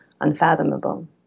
unfathomable